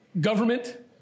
government